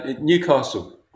Newcastle